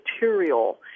material